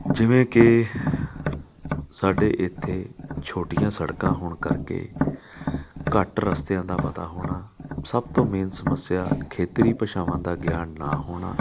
ਜਿਵੇਂ ਕਿ ਸਾਡੇ ਇੱਥੇ ਛੋਟੀਆਂ ਸੜਕਾਂ ਹੋਣ ਕਰਕੇ ਘੱਟ ਰਸਤਿਆਂ ਦਾ ਪਤਾ ਹੋਣਾ ਸਭ ਤੋਂ ਮੇਨ ਸਮੱਸਿਆ ਖੇਤਰੀ ਭਾਸ਼ਾਵਾਂ ਦਾ ਗਿਆਨ ਨਾ ਹੋਣਾ